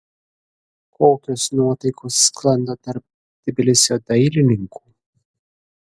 kokios nuotaikos sklando tarp tbilisio dailininkų